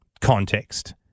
context